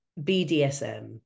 BDSM